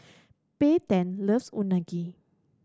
Payten loves Unagi